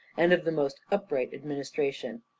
and of the most upright administration.